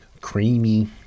creamy